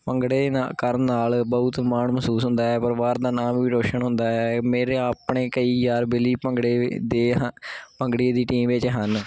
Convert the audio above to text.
ਭੰਗੜੇ ਨਾ ਕਰਨ ਨਾਲ ਬਹੁਤ ਮਾਣ ਮਹਿਸੂਸ ਹੁੰਦਾ ਹੈ ਪਰਿਵਾਰ ਦਾ ਨਾਮ ਵੀ ਰੋਸ਼ਨ ਹੁੰਦਾ ਹੈ ਮੇਰੇ ਆਪਣੇ ਕਈ ਯਾਰ ਵੇਲੀ ਭੰਗੜੇ ਦੇ ਹ ਭੰਗੜੇ ਦੀ ਟੀਮ ਵਿੱਚ ਹਨ